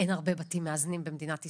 אין הרבה בתים מאזנים במדינת ישראל,